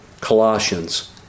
Colossians